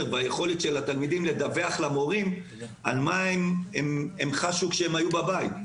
והיכולת של התלמידים לדווח למורים מה הם חשו כשהם היו בבית.